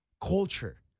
culture